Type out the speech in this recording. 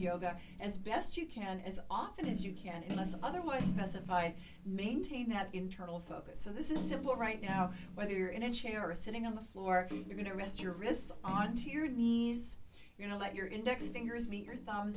yoga as best you can as often as you can unless otherwise specified maintain that internal focus so this is simple right now whether you're in a chair or sitting on the floor you're going to rest your wrists onto your knees you know like your index fingers meet your thumb